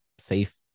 safe